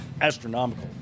astronomical